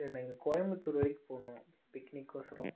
சரிணா இங்கே கோயம்புத்தூர் வரைக்கும் போகணும் பிக்னிக்கொசரம்